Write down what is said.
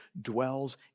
dwells